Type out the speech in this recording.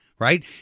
Right